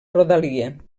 rodalia